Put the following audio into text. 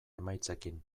emaitzekin